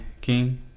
king